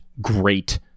great